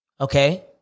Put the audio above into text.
okay